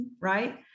right